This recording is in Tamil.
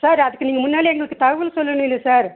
சார் அதுக்கு நீங்கள் முன்னாலே எங்களுக்கு தகவல் சொல்லணும் இல்லை சார்